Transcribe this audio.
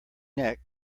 neck